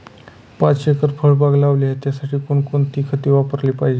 पाच एकर फळबाग लावली आहे, त्यासाठी कोणकोणती खते वापरली पाहिजे?